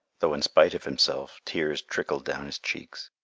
though in spite of himself tears trickled down his cheeks.